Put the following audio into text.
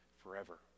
forever